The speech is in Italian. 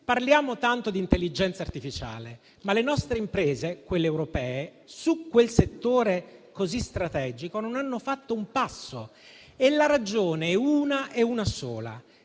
Parliamo tanto di intelligenza artificiale, ma le nostre imprese, quelle europee, su quel settore così strategico non hanno fatto un passo e la ragione è una sola: